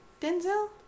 Denzel